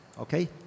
Okay